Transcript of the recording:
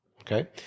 Okay